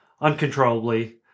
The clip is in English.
uncontrollably